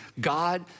God